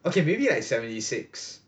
okay maybe like seventy six